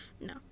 no